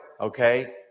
Okay